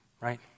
Right